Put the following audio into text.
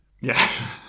Yes